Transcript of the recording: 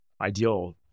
ideal